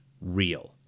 real